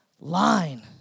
line